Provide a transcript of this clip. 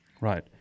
Right